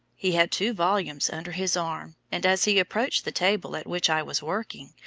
he had two volumes under his arm, and as he approached the table at which i was working,